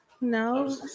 No